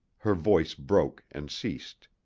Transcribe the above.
her voice broke and ceased.